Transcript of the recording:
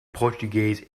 portuguese